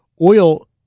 oil